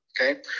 okay